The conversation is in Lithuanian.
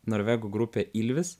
norvegų grupė ylvis